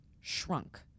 shrunk